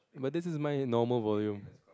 this is my normal volume